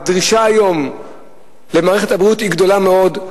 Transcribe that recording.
הדרישה היום במערכת הבריאות היא גדולה מאוד.